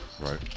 Right